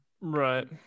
Right